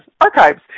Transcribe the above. archives